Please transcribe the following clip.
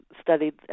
studied